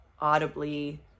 audibly